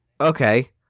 okay